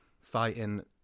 fighting